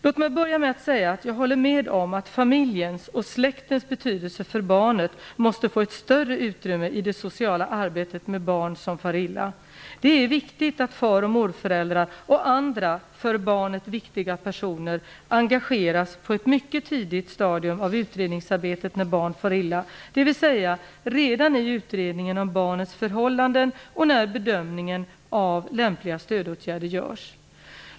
Låt mig börja med att säga att jag håller med om att familjens och släktens betydelse för barnet måste få ett större utrymme i det sociala arbetet med barn som far illa. Det är viktigt att far och morföräldrar och andra för barnet viktiga personer engageras på ett mycket tidigt stadium av utredningsarbetet när barn far illa, dvs. redan i utredningen om barnets förhållanden och när bedömningen av lämpliga stödåtgärder görs.